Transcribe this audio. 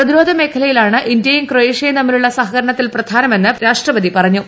പ്രതിരോധ മേഖലയാണ് ഇന്ത്യയും ക്രൊയേഷ്യയും തമ്മിലുള്ള സഹകരണത്തിൽ പ്രധാനമെന്ന് രാഷ്ട്രപതി പറഞ്ഞു